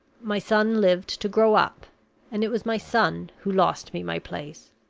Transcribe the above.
my son lived to grow up and it was my son who lost me my place.